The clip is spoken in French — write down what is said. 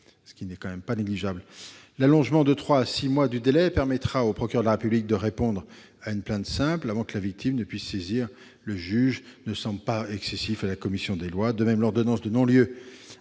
Ce n'est quand même pas négligeable. L'allongement de trois à six mois du délai, qui permettra au procureur de la République de répondre à une plainte simple avant que la victime ne puisse saisir le juge, ne semble pas excessif à la commission des lois. De même, l'ordonnance de non-lieu